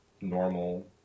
normal